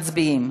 מצביעים.